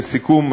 לסיכום,